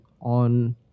on